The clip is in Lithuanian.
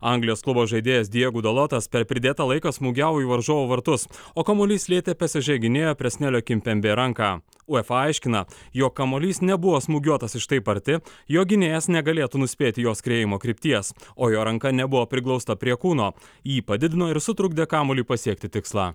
anglijos klubo žaidėjas diegu dolotas per pridėtą laiką smūgiavo į varžovų vartus o kamuolys lietė psž gynėjo presnelio kimpembė ranką uefa aiškina jog kamuolys nebuvo smūgiuotas iš taip arti jog gynėjas negalėtų nuspėti jo skriejimo krypties o jo ranka nebuvo priglausta prie kūno jį padidino ir sutrukdė kamuoliui pasiekti tikslą